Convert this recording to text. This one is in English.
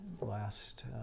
last